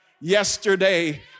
yesterday